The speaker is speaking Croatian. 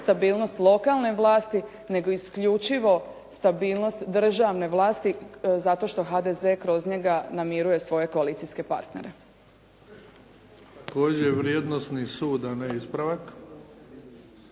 stabilnost lokalne vlasti nego isključivo stabilnost državne vlasti zato što HDZ kroz njega namiruje svoje koalicijske partnere. **Bebić, Luka (HDZ)** Također vrijednosni sud, a ne ispravak.